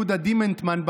יהודה דימנטמן,